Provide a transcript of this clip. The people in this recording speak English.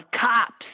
cops